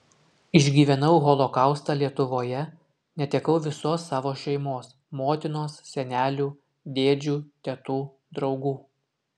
išgyvenau holokaustą lietuvoje netekau visos savo šeimos motinos senelių dėdžių tetų draugų